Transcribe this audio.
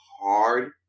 hard